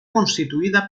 constituïda